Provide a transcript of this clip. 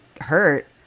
hurt